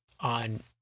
on